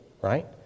right